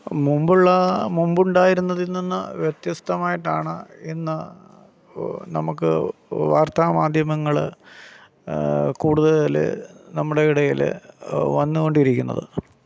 മുമ്പുള്ള മുമ്പുണ്ടായിരുന്നതില് നിന്ന് വ്യത്യസ്തമായിട്ടാണ് ഇന്ന് നമുക്ക് വാര്ത്താമാധ്യമങ്ങള് കൂടുതല് നമ്മുടെ ഇടയില് വന്നുകൊണ്ടിരിക്കുന്നത്